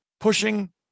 Pushing